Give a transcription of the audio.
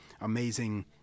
amazing